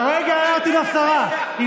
אולי אתה לא זוכר.